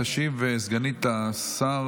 תשיב סגנית השר